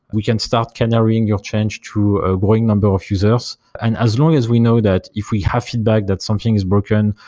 we can start carrying your change to a growing number of users. and as long as we know that if we have feedback that something is broken,